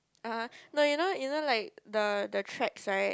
uh no you know you know like the tracks right